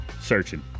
searching